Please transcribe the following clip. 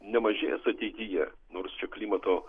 nemažės ateityje nors čia klimato